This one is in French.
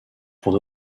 pour